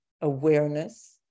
awareness